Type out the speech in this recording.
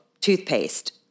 toothpaste